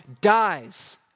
dies